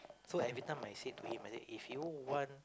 so every time I said to him if you want